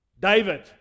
David